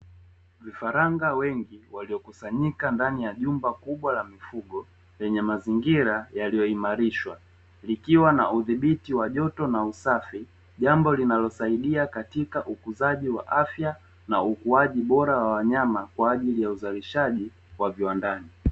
Vifaranga wengi waliokusanyika ndani ya jumba kubwa la mifugo lenye mazingira yaliyoimarishwa likiwa na udhibiti wa joto na usafi, jambo linalosaidia katika ukuzaji wa afya na ukuaji bora wa wanyama kwaajili ya uzalishaji wa viwandani.